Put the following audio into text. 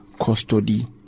custody